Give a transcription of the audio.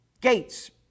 Gates